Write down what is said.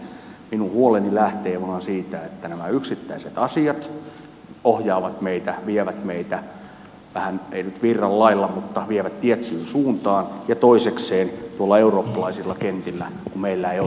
minun huoleni lähtee vaan siitä että nämä yksittäiset asiat ohjaavat meitä vievät meitä vähän ei nyt virran lailla mutta vievät tiettyyn suuntaan ja toisekseen tuolla eurooppalaisilla kentillä meillä ei oikein ole kaveria